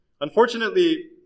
Unfortunately